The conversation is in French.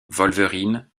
wolverine